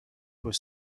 was